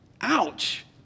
ouch